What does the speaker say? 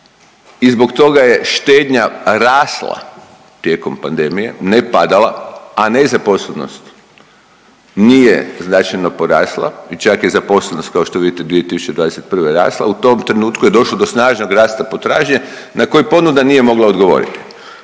i zbog toga je štednja rasla tijekom pandemije, ne padala, a nezaposlenost nije značajno porasla i čak je zaposlenost kao što vidite 2021. rasla u tom trenutku je došlo do snažnog rasta potražnje na koji ponuda nije mogla odgovori.